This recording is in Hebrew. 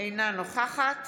אינה נוכחת